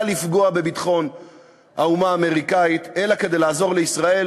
לפגוע בביטחון האומה האמריקנית אלא לעזור לישראל,